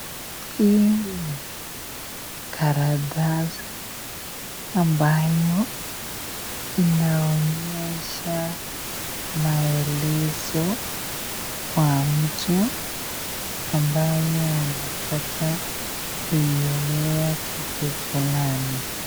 Hii ni karatasi ambayo inaonyesha maelezo kwa mtu ambaye anataka kuelewa kitu fulani.